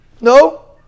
No